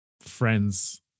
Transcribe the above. friends